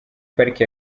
pariki